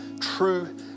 true